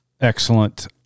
excellent